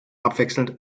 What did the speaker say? abwechselnd